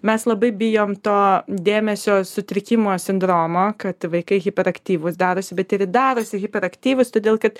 mes labai bijom to dėmesio sutrikimo sindromo kad vaikai hiperaktyvūs darosi bet ir darosi hiperaktyvūs todėl kad